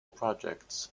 projects